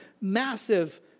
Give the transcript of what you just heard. massive